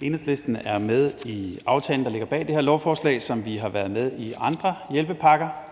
Enhedslisten er med i aftalen, der ligger bag det her lovforslag, ligesom vi har været med i andre hjælpepakker.